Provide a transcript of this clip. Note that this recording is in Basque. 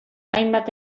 hainbat